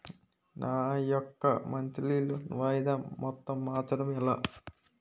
నా యెక్క monthly loan వాయిదా మొత్తం మార్చడం ఎలా?